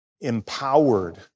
empowered